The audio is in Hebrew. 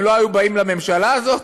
הם לא היו באים לממשלה הזאת?